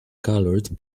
colored